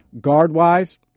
guard-wise